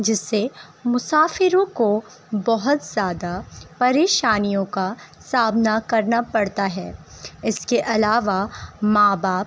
جس سے مسافروں کو بہت زیادہ پریشانیوں کا سامنا کرنا پڑتا ہے اس کے علاوہ ماں باپ